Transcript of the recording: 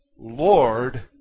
Lord